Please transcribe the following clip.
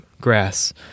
grass